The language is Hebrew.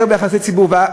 יותר ביחסי ציבור.